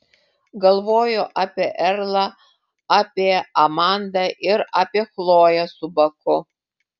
galvojo apie erlą apie amandą ir apie chloję su baku